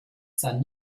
san